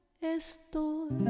estoy